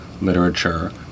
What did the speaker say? literature